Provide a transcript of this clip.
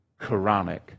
Quranic